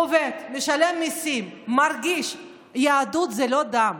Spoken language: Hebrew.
עובד, משלם מיסים, מרגיש, יהדות זה לא דם,